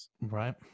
Right